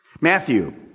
Matthew